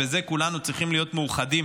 כולנו צריכים להיות מאוחדים